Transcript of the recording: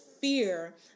fear